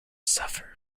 suffer